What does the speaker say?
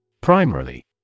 Primarily